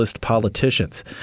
politicians